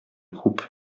groupe